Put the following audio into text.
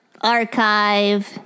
Archive